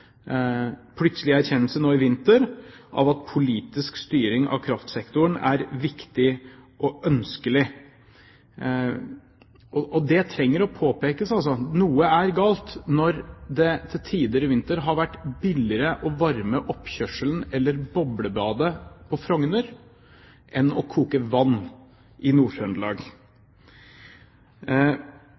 plutselige erkjennelse nå i vinter av at politisk styring av kraftsektoren er viktig og ønskelig. Og det trengs å påpekes. Noe er galt når det til tider i vinter har vært billigere å varme oppkjørselen eller boblebadet på Frogner enn å koke vann i